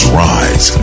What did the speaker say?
rise